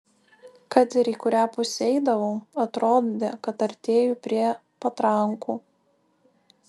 kad ir į kurią pusę eidavau atrodė kad artėju prie patrankų